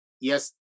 yes